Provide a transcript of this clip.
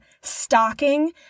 stalking